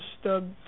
stub